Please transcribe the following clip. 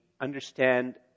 understand